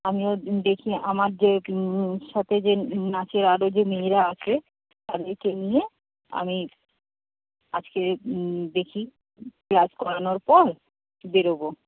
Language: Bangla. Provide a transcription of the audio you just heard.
আমিও দেখি আমার যে সাথে যে নাচের আরও যে মেয়েরা আছে তাদেরকে নিয়ে আমি আজকে দেখি ক্লাস করানোর পর বেরোবো